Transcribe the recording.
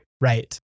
Right